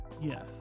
Yes